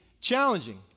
challenging